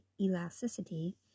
elasticity